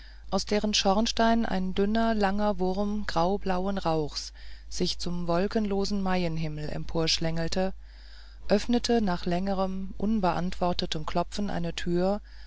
aus deren schornstein ein dünner langer wurm graublauen rauchs sich zum wolkenlosen maienhimmel emporschlängelte öffnete nach längerem unbeantwortetem klopfen eine tür